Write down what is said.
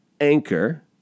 anchor